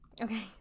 Okay